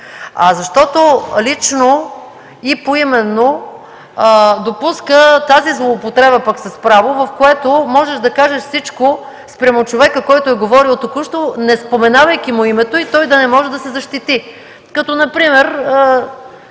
Защото „лично и поименно” допуска тази злоупотреба с право, в която можеш да кажеш всичко спрямо човека, който е говорил току-що, неспоменавайки му името и той да не може да се защити, като например